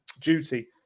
duty